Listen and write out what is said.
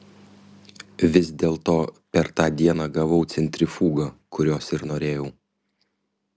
vis dėlto per tą dieną gavau centrifugą kurios ir norėjau